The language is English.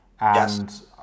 Yes